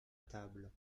table